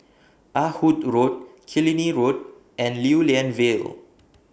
Ah Hood Road Killiney Road and Lew Lian Vale